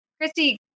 christy